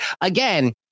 again